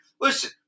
Listen